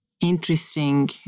interesting